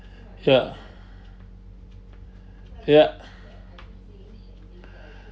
ya ya